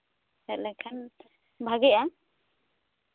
ᱦᱮᱡ ᱞᱮᱱᱠᱷᱟᱱ ᱵᱷᱟᱜᱮᱜᱼᱟ